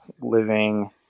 living